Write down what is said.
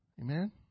Amen